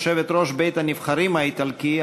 יושבת-ראש בית-הנבחרים האיטלקי,